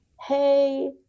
hey